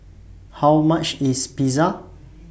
How much IS Pizza